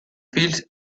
fields